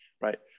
right